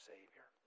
Savior